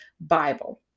Bible